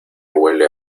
huele